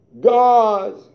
God's